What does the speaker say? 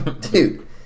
Dude